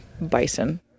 bison